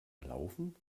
laufen